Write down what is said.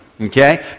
Okay